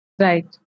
Right